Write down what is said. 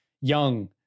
young